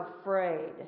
afraid